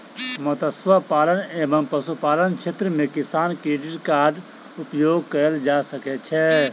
मत्स्य पालन एवं पशुपालन क्षेत्र मे किसान क्रेडिट कार्ड उपयोग कयल जा सकै छै